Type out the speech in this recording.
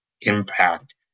impact